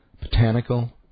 Botanical